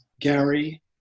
Gary